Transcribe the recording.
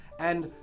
and,